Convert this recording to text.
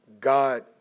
God